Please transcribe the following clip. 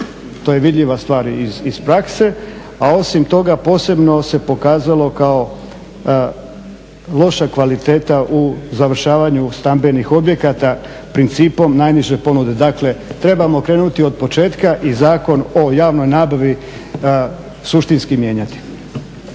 to je vidljiva stvar iz prakse. A osim toga posebno se pokazalo kao loša kvaliteta u završavanju stambenih objekata principom najniže ponude. Dakle trebamo krenuti od početka i Zakon o javnoj nabavi suštinski mijenjati.